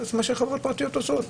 אז מה שחברות פרטיות עושות.